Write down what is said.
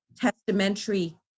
testamentary